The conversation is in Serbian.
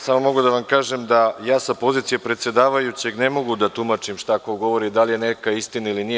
Samo mogu da vam kažem da ja sa pozicije predsedavajućeg ne mogu da tumačim šta ko govori, da li je neka istina ili nije.